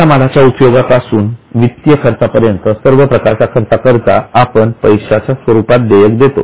कच्चा मालाच्या उपयोगा पासून वित्तीय खर्चापर्यंत सर्व प्रकारच्या खर्चा करिता आपण पैशाच्या स्वरुपात देयक देतो